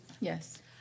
Yes